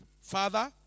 Father